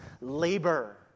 labor